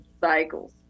cycles